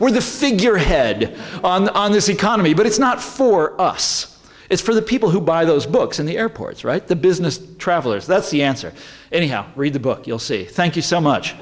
we're the figurehead on this economy but it's not for us it's for the people who buy those books in the airports right the business travelers that's the answer anyhow read the book you'll see thank you so much